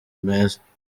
meza